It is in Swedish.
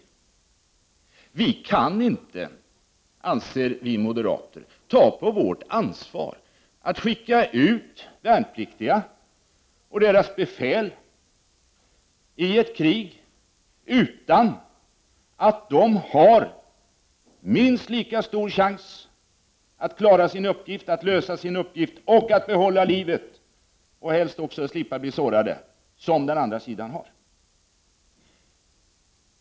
Vi kan inte, anser vi moderater, ta på vårt ansvar att skicka ut våra värnpliktiga och deras befäl i ett krig utan att de har minst lika stor chans att lösa sin uppgift och att behålla livet och helst också slippa bli sårade som andra har.